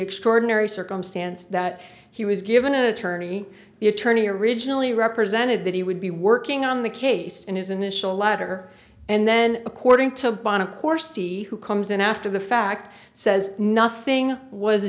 extraordinary circumstance that he was given attorney the attorney originally represented that he would be working on the case in his initial letter and then according to a bond of course he who comes in after the fact says nothing was